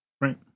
right